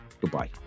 goodbye